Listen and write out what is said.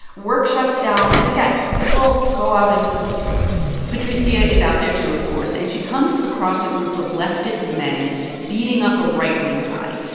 work shuts down. and again, people go out into the streets patricia is out there, too, of course. and she comes across a group of leftist men beating up a right-wing guy.